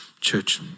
Church